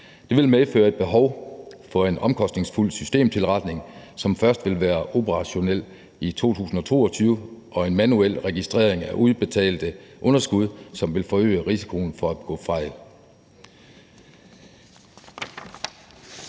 Det vil medføre et behov for en omkostningsfuld systemtilretning, som først vil være operationel i 2022, og en manuel registrering af udbetalte underskud, som vil forøge risikoen for at begå fejl.